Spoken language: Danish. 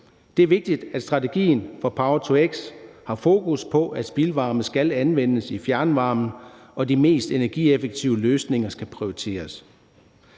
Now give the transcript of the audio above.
Det er vigtigt, at strategien for power-to-x har fokus på, at spildvarmen skal anvendes i fjernvarmen, og at de mest energieffektive løsninger skal prioriteres,